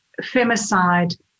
femicide